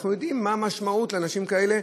אנחנו יודעים מה המשמעות לאנשים כאלה,